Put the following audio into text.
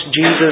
Jesus